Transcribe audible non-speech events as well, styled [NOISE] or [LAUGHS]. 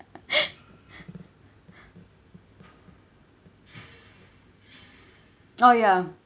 [LAUGHS] [BREATH] oh yeah